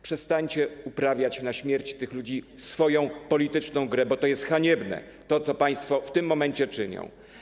Przestańcie uprawiać na śmierci tych ludzi swoją polityczną grę, bo to jest haniebne, co państwo w tym momencie czynią.